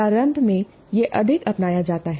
प्रारंभ में यह अधिक अपनाया जाता है